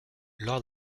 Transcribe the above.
lors